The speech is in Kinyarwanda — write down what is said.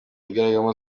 igaragaramo